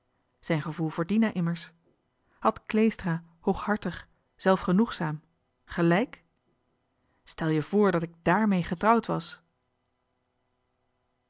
zijn gevoel voor dina immers had kleestra hooghartig zelfgenoegzaam gelijk stel je voor dat ik dààrmee getrouwd was